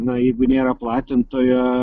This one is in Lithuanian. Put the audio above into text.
na jeigu nėra platintojo